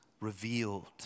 revealed